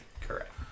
Correct